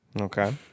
Okay